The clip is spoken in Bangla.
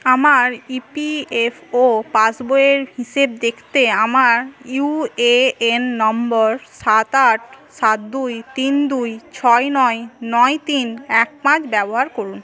আমার ইপিএফও পাসবইয়ের হিসেব দেখতে আমার ইউএএন নম্বর সাত আট সাত দুই তিন দুই ছয় নয় নয় তিন এক পাঁচ ব্যবহার করুন